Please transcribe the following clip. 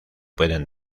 pueden